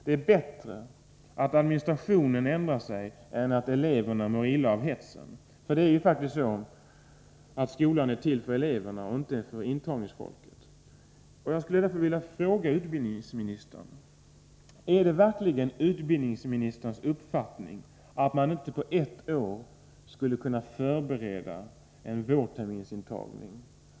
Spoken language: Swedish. Det är bättre med en förändring när det gäller administrationen än att eleverna skall behöva må illa av hetsen i skolan. Skolan är ju till för eleverna, inte för intagningspersonalen. Jag skulle därför vilja fråga: Är det verkligen utbildningsministerns uppfattning att man på ett år inte skulle kunna förbereda en vårterminsintagning?